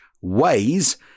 ways